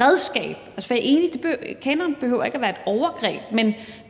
og jeg er enig i, at en kanon ikke behøver at være et overgreb,